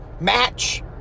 Match